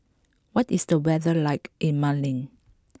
what is the weather like in Mali